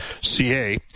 CA